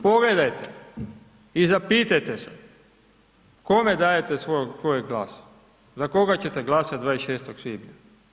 Pogledajte i zapitajte se kome dajete svoj glas, za koga ćete glasati 26. svibnja.